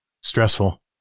Stressful